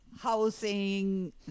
housing